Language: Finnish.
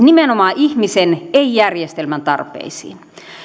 nimenomaan ihmisen ei järjestelmän tarpeisiin